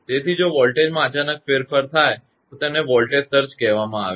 તેથી જો વોલ્ટેજમાં અચાનક ફેરફાર થાય તો તેને વોલ્ટેજ સર્જ કહેવામાં આવે છે